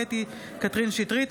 קטי קטרין שטרית,